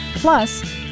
Plus